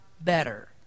better